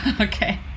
Okay